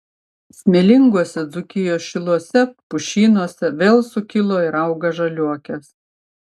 smėlinguose dzūkijos šiluose pušynuose vėl sukilo ir auga žaliuokės